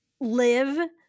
live